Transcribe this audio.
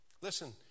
Listen